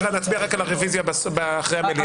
ונצביע על הרוויזיה אחרי המליאה.